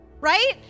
right